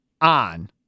on